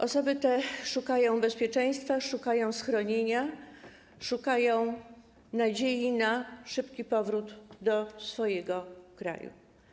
Osoby te szukają bezpieczeństwa, szukają schronienia, szukają nadziei na szybki powrót do swojego kraju.